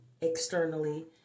externally